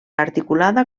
articulada